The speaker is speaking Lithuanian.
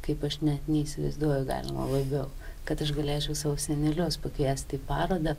kaip aš net neįsivaizduoju galima labiau kad aš galėčiau savo senelius pakviesti į parodą